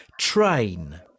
train